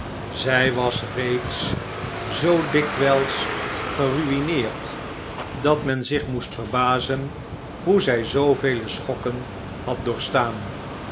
zij was reeds zoo dikwijls geruineerd dat men zich moest verbazen hoe zij zoovele schokken had doorgestaan